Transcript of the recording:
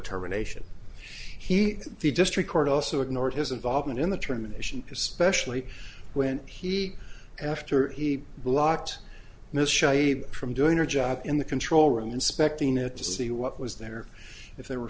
terminations he the district court also ignored his involvement in the termination especially when he after he blocked from doing her job in the control room inspecting it to see what was there if there were